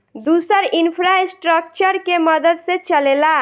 दुसर इन्फ़्रास्ट्रकचर के मदद से चलेला